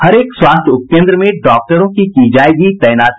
हरेक स्वास्थ्य उपकेन्द्र में डॉक्टरों की की जायेगी तैनाती